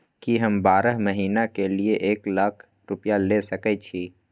की हम बारह महीना के लिए एक लाख रूपया ले सके छी?